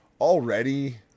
already